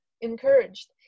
encouraged